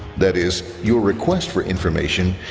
that is, your request for information,